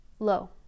Low